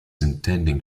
intending